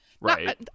Right